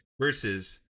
versus